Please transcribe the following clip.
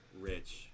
Rich